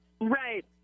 Right